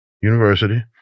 University